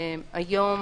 היום